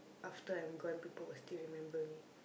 after I'm gone people will still remember me